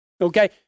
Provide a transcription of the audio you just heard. Okay